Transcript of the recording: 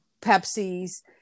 Pepsis